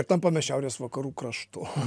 tampame šiaurės vakarų kraštu